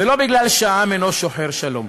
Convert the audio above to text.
ולא מפני שהעם אינו שוחר שלום.